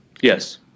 Yes